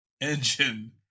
engine